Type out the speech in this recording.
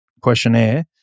questionnaire